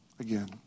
again